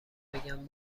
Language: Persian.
بگم